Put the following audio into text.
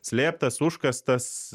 slėptas užkastas